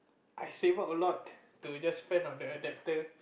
I saved up a lot to just spend on that adaptor